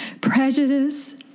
prejudice